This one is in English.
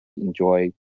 Enjoy